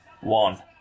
one